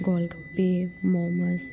gol gappe momos